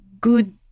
good